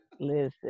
listen